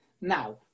now